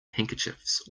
handkerchiefs